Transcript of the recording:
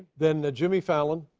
then jimmy fallon,